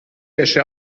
wäsche